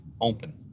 open